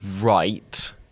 Right